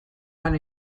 lan